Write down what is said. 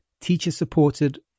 teacher-supported